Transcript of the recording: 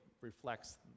reflects